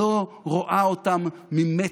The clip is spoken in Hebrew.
לא רואה אותם ממטר.